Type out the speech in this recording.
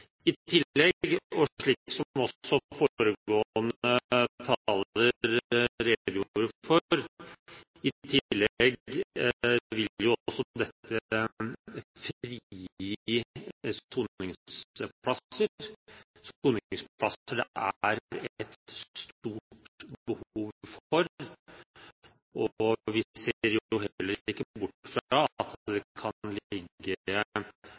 I tillegg – slik også foregående taler redegjorde for – vil dette frigi soningsplasser, soningsplasser det er et stort behov for. Vi ser heller ikke bort fra at